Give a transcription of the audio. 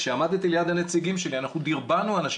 כשעמדתי ליד הנציגים שלי אנחנו דרבנו אנשים,